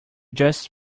just